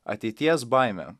ateities baimė